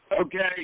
okay